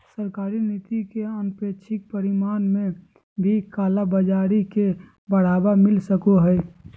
सरकारी नीति के अनपेक्षित परिणाम में भी कालाबाज़ारी के बढ़ावा मिल सको हइ